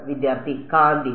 വിദ്യാർത്ഥി കാന്തിക